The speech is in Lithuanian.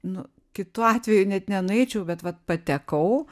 nu kitu atveju net nenueičiau bet vat patekau